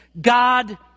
God